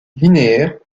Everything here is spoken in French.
linéaires